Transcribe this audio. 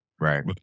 Right